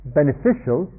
beneficial